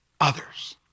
others